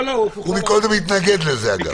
קודם הוא התנגד לזה, אגב.